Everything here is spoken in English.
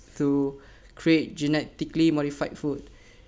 to create genetically modified food